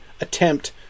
attempt